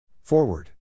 Forward